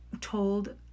told